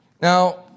Now